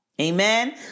Amen